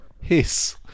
Hiss